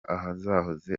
ahahoze